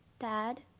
dad.